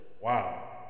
Wow